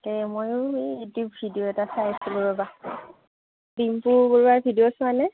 এ ময়ো এই YouTube video এটা চাই আছিলোঁ ৰ'বা ডিম্পু বৰুৱাৰ ভিডিঅ' চোৱানে